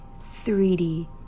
3D